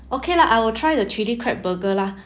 okay lah I will try the chili crab burger lah